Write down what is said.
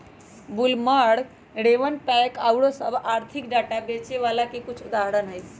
Bloomberg, RavenPack आउरो सभ आर्थिक डाटा बेचे बला के कुछ उदाहरण हइ